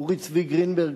אורי צבי גרינברג,